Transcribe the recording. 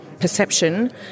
perception